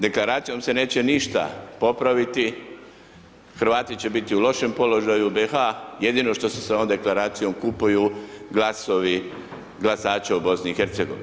Deklaracijom se neće ništa popraviti, Hrvati će biti u lošem položaju BIH, jedino što se s ovom deklaracijom kupuju glasovi glasaća u BIH.